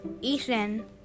Ethan